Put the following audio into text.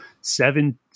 seven